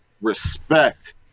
respect